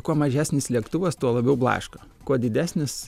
kuo mažesnis lėktuvas tuo labiau blaško kuo didesnis